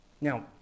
Now